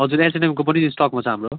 हजुर H N एमको पनि स्टकमा छ हाम्रो